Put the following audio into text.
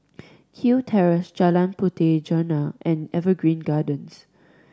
Kew Terrace Jalan Puteh Jerneh and Evergreen Gardens